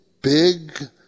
big